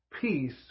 peace